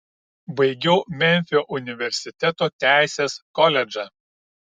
baigiau memfio universiteto teisės koledžą